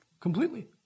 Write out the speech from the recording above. Completely